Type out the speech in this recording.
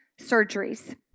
surgeries